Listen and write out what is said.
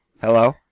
Hello